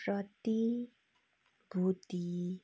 प्रतिभूति